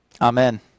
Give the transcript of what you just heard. Amen